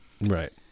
Right